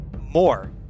more